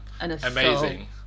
Amazing